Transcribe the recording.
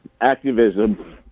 activism